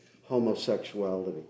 homosexuality